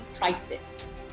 crisis